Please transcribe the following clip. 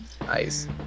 Nice